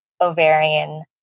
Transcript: ovarian